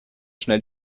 schnell